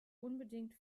unbedingt